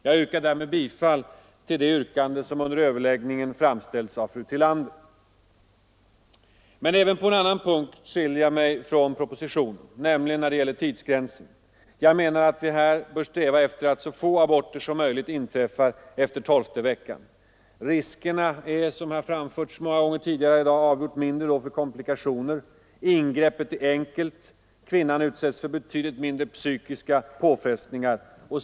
Jag yrkar därför bifall till det yrkande som under överläggningen framställts av fru Tillander. Men även på en annan punkt skiljer sig min mening från den som framförs i propositionen, nämligen när det gäller tidsgränsen. Jag menar att vi bör sträva efter att så få aborter som möjligt skall äga rum efter tolfte veckan. Riskerna för komplikationer är då, som framhållits många gånger tidigare i dag, avgjort mindre, ingreppet är enkelt och kvinnan utsätts för betydligt mindre psykiska påfrestningar.